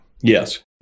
Yes